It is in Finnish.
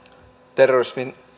terrorismin